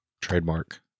Trademark